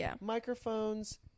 microphones